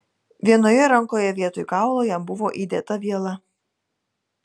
vienoje rankoje vietoj kaulo jam buvo įdėta viela